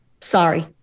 sorry